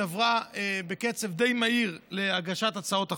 עברה בקצב די מהיר יחסית להגשת הצעות החוק.